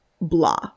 blah